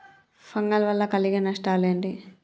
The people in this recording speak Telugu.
ఫంగల్ వల్ల కలిగే నష్టలేంటి?